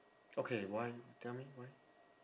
okay why tell me why